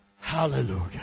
Hallelujah